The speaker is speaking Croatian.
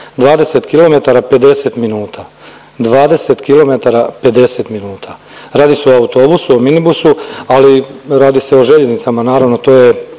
20km 50 minuta, 20km 50 minuta. Radi se o autobusu o mini busu, ali radi se o željeznicama naravno, to je